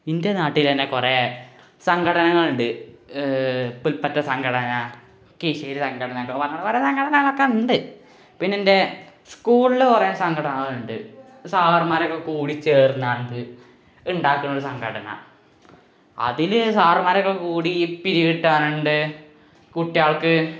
എന്റെ നാട്ടിൽ തന്നെ കുറേ സംഘടനകളുണ്ട് പുല്പറ്റ സംഘടന കീഷീൽ സംഘടന അങ്ങനെ പറഞ്ഞു കുറേ സംഘടനകളൊക്കെയുണ്ട് പിന്നെന്റെ സ്കൂളിൽ കുറേ സംഘടനകളുണ്ട് സാറുമ്മാരൊക്കെ കൂടിച്ചേര്ന്നു കൊണ്ട് ഉണ്ടാക്കണൊരു സംഘടന അതിൽ സാറന്മാരൊക്കെ കൂടി പിരിവിട്ടു കൊണ്ട് കുട്ടികള്ക്ക്